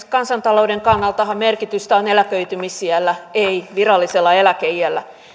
kansantalouden kannaltahan merkitystä on eläköitymisiällä ei virallisella eläkeiällä